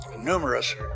numerous